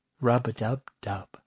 Rub-a-dub-dub